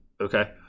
okay